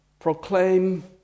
proclaim